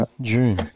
June